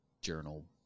journal